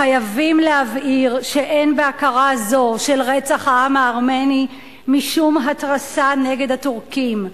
חייבים להבהיר שאין בהכרה זו ברצח העם הארמני משום התרסה נגד הטורקים.